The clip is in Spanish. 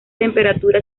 temperatura